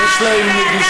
תגיד לי, יש להם גישה,